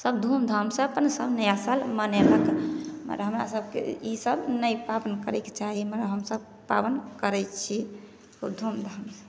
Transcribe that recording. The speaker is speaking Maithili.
सब धूम धामसॅं अपन अपन नया साल मनेलक पर हमरा सबके ई सब नहि पाबनि करैके चाही ओना हमसब पाबनि करय छी खूब धूम धाम